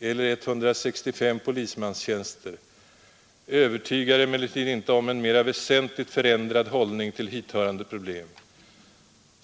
165 polismanstjänster, övertygar emellertid inte om en mera väsentligt förändrad hållning till hithörande problem.